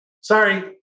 sorry